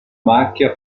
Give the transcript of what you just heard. macchia